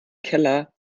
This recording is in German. keller